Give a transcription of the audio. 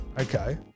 Okay